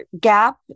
gap